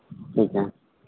ठीक है